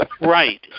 right